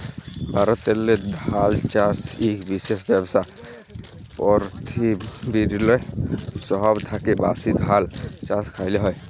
ভারতেল্লে ধাল চাষ ইক বিশেষ ব্যবসা, পিরথিবিরলে সহব থ্যাকে ব্যাশি ধাল চাষ ইখালে হয়